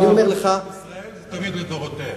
ישראל תמיד לדורותיה.